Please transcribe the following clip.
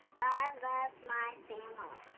love my family.